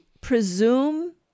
presume